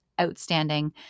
outstanding